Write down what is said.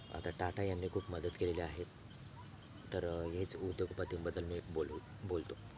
आता टाटा यांनी खूप मदत केलेली आहे तर हेच उद्योगपतींबद्दल मी बोलून बोलतो